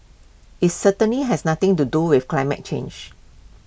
IT certainly has nothing to do with climate change